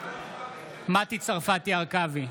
מטי צרפתי הרכבי,